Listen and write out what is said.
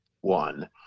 One